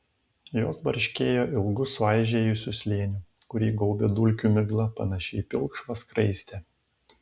jos barškėjo ilgu suaižėjusiu slėniu kurį gaubė dulkių migla panaši į pilkšvą skraistę